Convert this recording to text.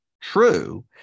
true